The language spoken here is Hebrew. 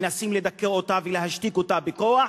מנסים לדכא אותה ולהשתיק אותה בכוח,